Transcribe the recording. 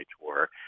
Tour